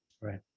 Right